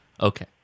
Okay